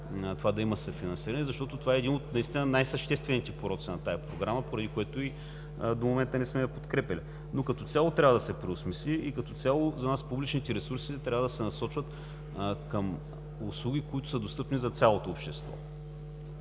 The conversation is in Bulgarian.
да има съфинансиране, защото това е един от най-съществените пороци на тази Програма, поради което до момента не сме я подкрепяли. Като цяло това трябва да се преосмисли. За нас публичните ресурси трябва да се насочват към услуги, достъпни за цялото общество.